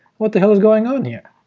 what the hell is going on here?